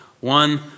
One